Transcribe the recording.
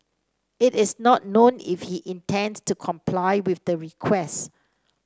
it is not known if he intends to comply with the request